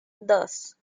dos